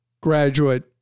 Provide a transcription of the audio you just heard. graduate